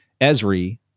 Esri